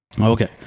Okay